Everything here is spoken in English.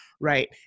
Right